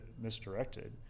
misdirected